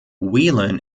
whelan